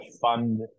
fund